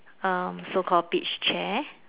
uh so called beach chair